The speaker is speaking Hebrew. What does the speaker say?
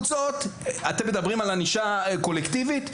אתם מדברים על ענישה קולקטיבית?